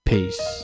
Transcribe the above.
Peace